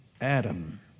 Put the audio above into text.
Adam